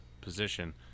position